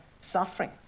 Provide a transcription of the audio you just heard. suffering